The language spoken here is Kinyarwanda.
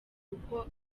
kuko